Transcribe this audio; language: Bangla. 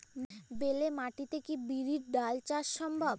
বেলে মাটিতে কি বিরির ডাল চাষ সম্ভব?